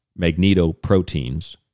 magnetoproteins